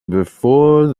before